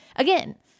Again